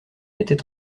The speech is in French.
était